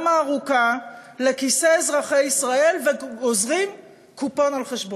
הארוכה לכיסי אזרחי ישראל וגוזרים קופון על חשבונם.